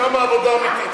שם העבודה האמיתית,